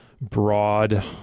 broad